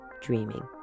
dreaming